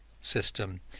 system